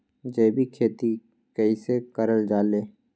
जैविक खेती कई से करल जाले?